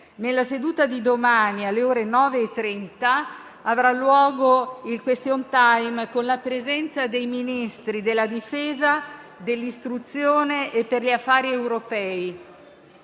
Nella seduta di domani, alle ore 9,30, avrà luogo il *question time*, con la presenza dei Ministri della difesa, dell'istruzione e per gli affari europei.